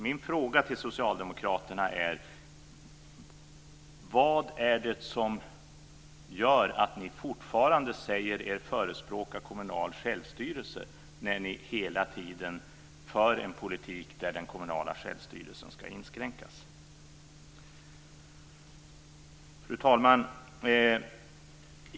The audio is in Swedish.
Min fråga till socialdemokraterna är: Varför säger ni er fortfarande förespråka kommunal självstyrelse medan ni hela tiden för en politik som innebär att den kommunala självstyrelsen ska inskränkas? Fru talman!